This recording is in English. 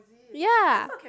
yea